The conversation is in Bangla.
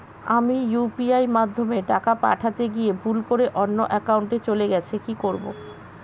আমি ইউ.পি.আই মাধ্যমে টাকা পাঠাতে গিয়ে ভুল করে অন্য একাউন্টে চলে গেছে কি করব?